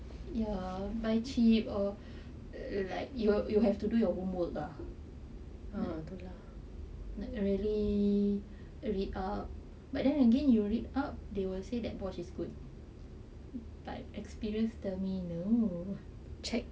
ya buy cheap or like you have to do your homework ah like have to really read up but then again you read up they will say that bosch is good but experience tell me no